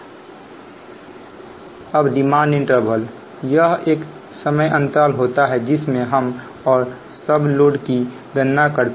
अब demand interval यह एक समय अंतराल होता है जिसमें हम और सब लोड की गणना करते हैं